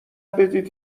بدید